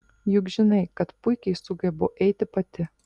juk žinai kad puikiai sugebu eiti pati